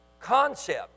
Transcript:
concept